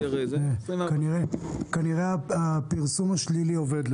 כנראה לצערי הפרסום השלילי עובד.